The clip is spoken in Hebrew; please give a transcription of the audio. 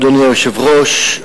אדוני היושב-ראש,